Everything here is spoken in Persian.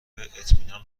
اطمینان